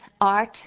art